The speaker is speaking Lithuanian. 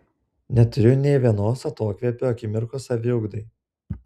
neturiu ne vienos atokvėpio akimirkos saviugdai